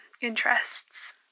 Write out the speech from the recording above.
interests